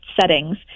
settings